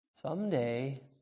someday